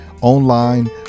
online